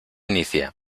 inicia